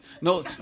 No